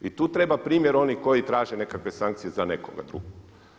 I tu treba primjer onih koji traže nekakve sankcije za nekoga drugoga.